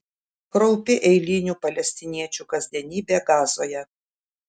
kraupi eilinių palestiniečių kasdienybė gazoje